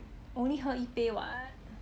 only 喝一杯 [what]